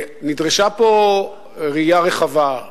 נדרשה פה ראייה רחבה,